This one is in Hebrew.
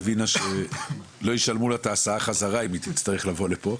היא הבינה שלא ישלמו לא את ההסעה חזרה אם היא תצטרך לבוא לפה.